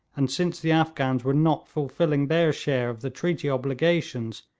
and since the afghans were not fulfilling their share of the treaty obligations,